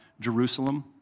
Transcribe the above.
Jerusalem